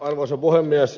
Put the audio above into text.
arvoisa puhemies